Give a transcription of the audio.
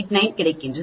89 கிடைக்கிறது